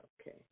Okay